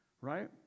right